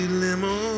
limo